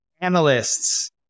analysts